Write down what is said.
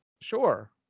sure